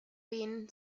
been